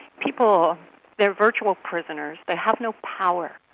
people they are virtual prisoners, they have no power,